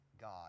God